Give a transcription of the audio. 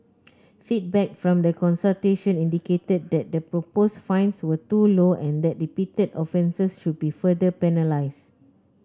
feedback from the consultation indicated that the proposed fines were too low and that repeated offences should be further penalise